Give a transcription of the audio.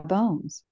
Bones